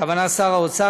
הכוונה לשר האוצר,